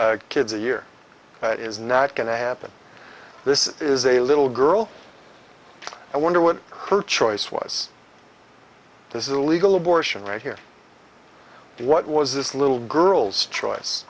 kids a year it is not going to happen this is a little girl and wonder what her choice was this is a legal abortion right here what was this little girl's choice